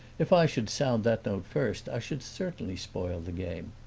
if i should sound that note first i should certainly spoil the game.